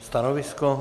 Stanovisko?